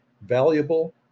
valuable